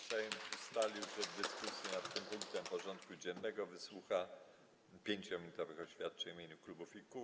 Sejm ustalił, że w dyskusji nad tym punktem porządku dziennego wysłucha 5-minutowych oświadczeń w imieniu klubów i kół.